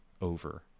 over